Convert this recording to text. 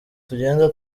tugenda